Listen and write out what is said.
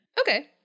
Okay